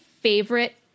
favorite